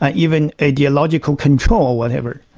ah even ideological control, whatever.